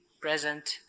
present